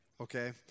okay